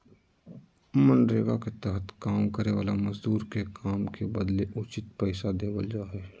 मनरेगा के तहत काम करे वाला मजदूर के काम के बदले उचित पैसा देवल जा हय